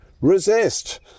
Resist